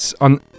On